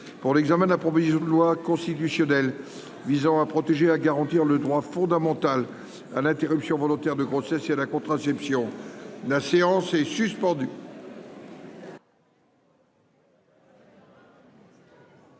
pour l'examen de la proposition de loi constitutionnelle visant à protéger à garantir le droit fondamental à l'interruption volontaire de grossesse et la contraception n'a séance est suspendue.